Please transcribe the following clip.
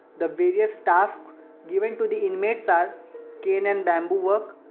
the various tasks given to the inmates are cane and bamboo work,